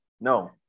No